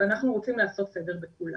ואנחנו רוצים לעשות סדר בכולם.